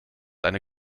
eine